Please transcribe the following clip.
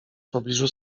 pobliżu